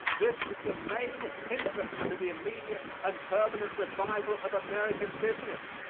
this is the main hindrance to the immediate and permanent revival of american business.